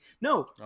No